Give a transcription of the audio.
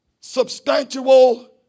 substantial